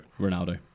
Ronaldo